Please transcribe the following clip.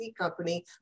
company